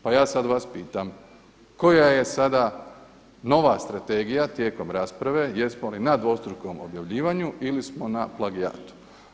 Pa ja sada vas pitam koja je sada nova strategija tijekom rasprave jesmo li na dvostrukom objavljivanju ili smo na plagijatu.